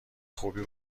خوبی